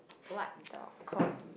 what dog corgi